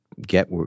get